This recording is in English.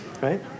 Right